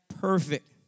perfect